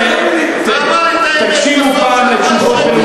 תקשיבו פעם לתשובות,